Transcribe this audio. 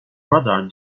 radar